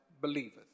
believeth